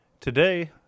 today